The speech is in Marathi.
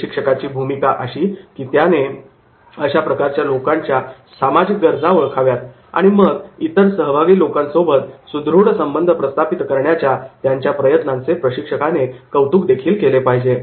प्रशिक्षकाची भूमिका अशी की त्याने या प्रकारच्या लोकांच्या सामाजिक गरजा ओळखाव्या आणि मग इतर सहभागी लोकांसोबत सुदृढ संबंध प्रस्थापित करण्याच्या त्यांच्या प्रयत्नाचे प्रशिक्षकाने कौतुक केले पाहिजे